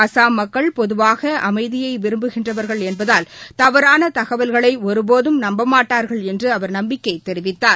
அசாம் மக்கள் பொதுவாக அமைதியை விரும்புகின்றவர்கள் என்பதால் தவறான தகவல்களை ஒருபோதும் நம்பமாட்டார்கள் என்று அவர் நம்பிக்கைத் தெரிவித்தார்